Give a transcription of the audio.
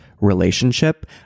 relationship